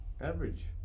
average